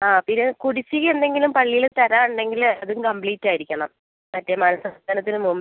ആ പിന്നെ കുടിശ്ശിക എന്തെങ്കിലും പള്ളിയിൽ തരാൻ ഉണ്ടെങ്കിൽ അതും കംപ്ലീറ്റ് ആയിരിക്കണം മറ്റേ മനസ്സമ്മതത്തിന് മുമ്പ്